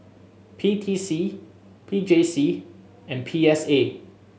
P T C P J C and P S A